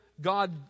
God